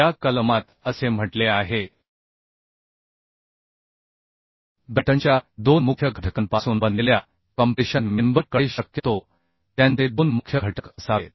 या कलमात असे म्हटले आहे कीबॅटनच्या 2 मुख्य घटकांपासून बनलेल्या कॉम्प्रेशन मेंबर कडे शक्यतो त्यांचे 2 मुख्य घटक असावेत